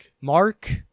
Mark